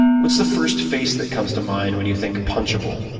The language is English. what's the first face that comes to mind when you think punchable?